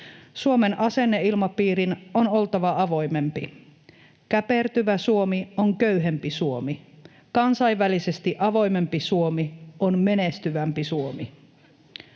Suomen asenneilmapiirin on oltava avoimempi. Käpertyvä Suomi on köyhempi Suomi. Kansainvälisesti avoimempi Suomi on menestyvämpi Suomi.